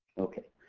okay.